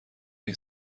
این